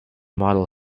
model